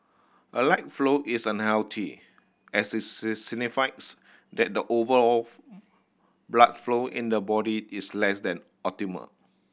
a light flow is unhealthy as it signifies that the overall blood flow in the body is less than optimal